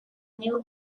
new